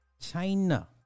China